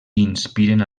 inspiren